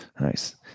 Nice